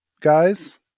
guys